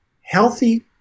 Healthy